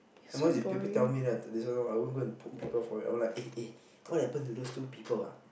at most if people tell me then I this one loh I won't go poke people for it I won't like eh eh what happen to those two people ah